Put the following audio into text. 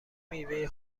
میوه